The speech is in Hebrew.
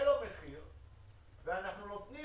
ואתם נותנים